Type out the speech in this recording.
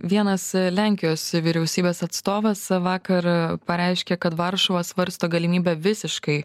vienas lenkijos vyriausybės atstovas vakar pareiškė kad varšuva svarsto galimybę visiškai